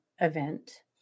event